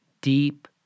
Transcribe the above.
deep